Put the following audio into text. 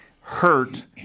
hurt